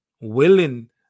willing